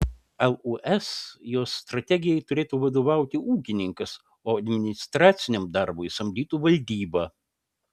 lūs jos strategijai turėtų vadovauti ūkininkas o administraciniam darbui samdytų valdybą